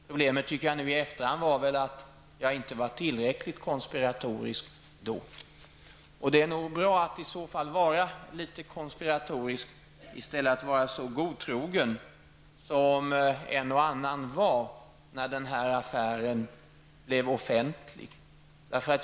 Nu i efterhand tycker jag att problemet var att jag inte var tillräckligt konspiratorisk. Det är nog bra att vara litet konspiratorisk i stället för att vara så godtrogen som en och annan var när den här affären blev offentlig.